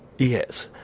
yes,